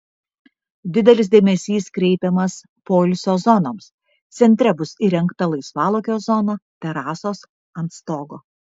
didelis dėmesys kreipiamas poilsio zonoms centre bus įrengta laisvalaikio zona terasos ant stogo